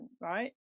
right